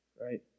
Right